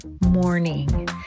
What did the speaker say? morning